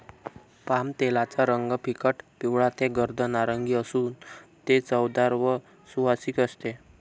पामतेलाचा रंग फिकट पिवळा ते गर्द नारिंगी असून ते चवदार व सुवासिक असते